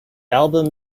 album